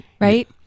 right